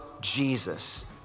Jesus